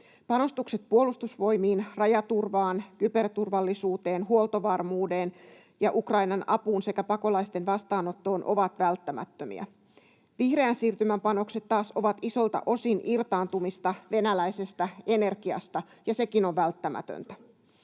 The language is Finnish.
Panostukset Puolustusvoimiin, rajaturvaan, kyberturvallisuuteen, huoltovarmuuteen ja Ukrainan apuun sekä pakolaisten vastaanottoon ovat välttämättömiä. Vihreän siirtymän panokset taas ovat isolta osin irtaantumista venäläisestä energiasta, ja sekin on välttämätöntä.